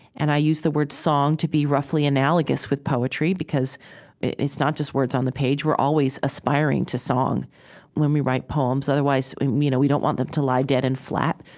and i use the word song to be roughly analogous with poetry because it's not just words on the page. we're always aspiring to song when we write poems. otherwise we you know we don't want them to lie dead and flat.